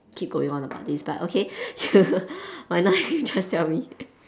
keep going on about this but okay you might not have a chance to tell me